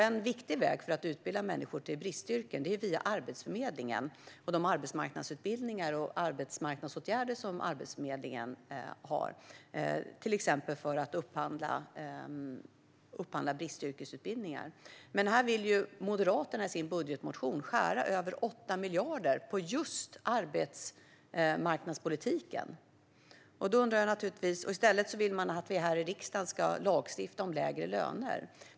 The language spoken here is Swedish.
En viktig väg för att utbilda människor till bristyrken är via Arbetsförmedlingen och de arbetsmarknadsutbildningar och arbetsmarknadsåtgärder som Arbetsförmedlingen ansvarar för, till exempel att upphandla bristyrkesutbildningar. Här vill Moderaterna i sin budgetmotion skära över 8 miljarder på just arbetsmarknadspolitiken. I stället vill ni att vi här i riksdagen ska lagstifta om lägre löner.